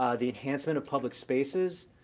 um the enhancement of public spaces,